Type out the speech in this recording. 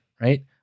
right